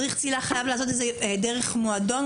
מדריך הצלילה חייב לעשות את זה דרך מועדון?